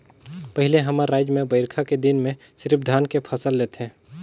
पहिले हमर रायज में बईरखा के दिन में सिरिफ धान के फसल लेथे